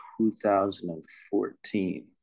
2014